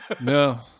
No